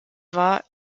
war